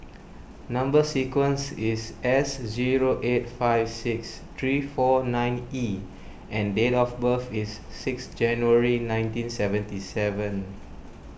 Number Sequence is S zero eight five six three four nine E and date of birth is six January nineteen seventy seven